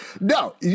No